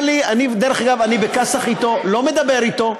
דרך אגב, אני בכאסח אתו, לא מדבר אתו.